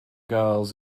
girls